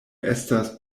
estas